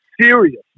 serious